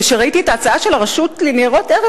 כשראיתי את ההצעה של הרשות לניירות ערך,